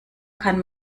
kann